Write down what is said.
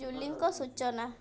ଜୁଲିଙ୍କ ସୂଚନା